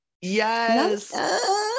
Yes